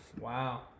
Wow